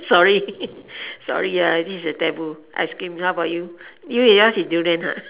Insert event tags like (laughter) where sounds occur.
sorry (laughs) sorry ah this is a taboo ice cream how about you you yours is durian ah (laughs)